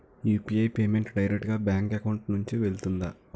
UPI payment direct గా bank account నుంచి వెళ్తుందా?